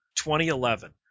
2011